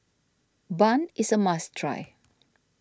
Bun is a must try